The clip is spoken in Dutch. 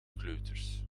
kleuters